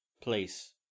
place